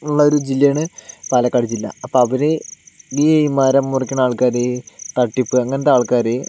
ഉള്ള ഒരു ജില്ലയാണ് പാലക്കാട് ജില്ല അപ്പോൾ അവർ ഈ മരം മുറിക്കുന്ന ആൾക്കാര് തട്ടിപ്പ് അങ്ങനത്തെ ആൾക്കാര്